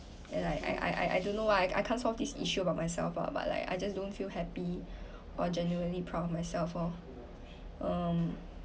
and I I I I don't know why I can't solve this issue about myself ah but like I just don't feel happy or genuinely proud of myself lor um